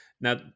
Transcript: Now